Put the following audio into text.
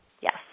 Yes